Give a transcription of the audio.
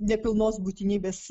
nepilnos būtinybės